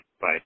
Bye